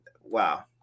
Wow